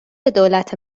دولت